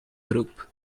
group